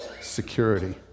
security